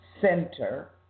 Center